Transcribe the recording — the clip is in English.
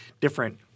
different